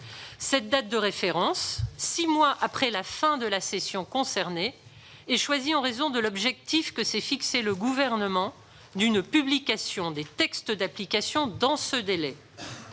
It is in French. Cette date de référence, six mois après la fin de la session concernée, est choisie en raison de l'objectif que s'est fixé le Gouvernement d'une publication des textes d'application dans ce délai.